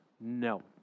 No